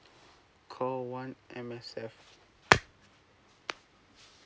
call one M_S_F